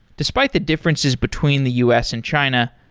despite the differences between the u s. and china,